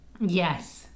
yes